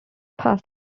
pas